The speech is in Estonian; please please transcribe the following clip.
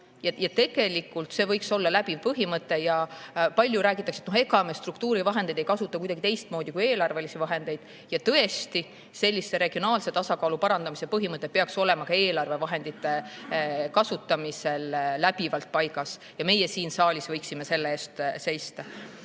Ja tegelikult see võiks olla läbiv põhimõte. Palju räägitakse, et ega me struktuurivahendeid ei kasuta kuidagi teistmoodi kui eelarvelisi vahendeid. Ja tõesti, regionaalse tasakaalu parandamise põhimõte peaks olema ka eelarvevahendite kasutamisel läbivalt paigas ja meie siin saalis võiksime selle eest seista.